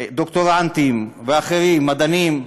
דוקטורנטים ואחרים, מדענים,